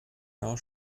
jahr